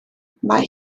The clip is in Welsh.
mae